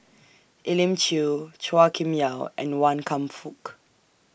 Elim Chew Chua Kim Yeow and Wan Kam Fook